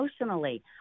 emotionally